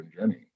Jenny